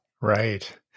Right